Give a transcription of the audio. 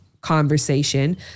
conversation